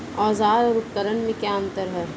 औज़ार और उपकरण में क्या अंतर है?